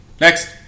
Next